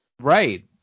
Right